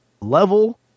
level